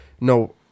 no